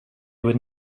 would